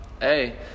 hey